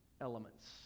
elements